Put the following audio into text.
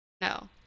no